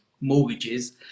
mortgages